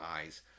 eyes